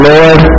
Lord